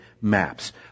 maps